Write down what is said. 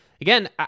Again